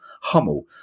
Hummel